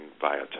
via